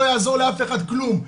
לא יעזור לאף אחד כלום.